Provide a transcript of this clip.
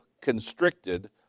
constricted